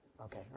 Okay